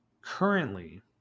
Currently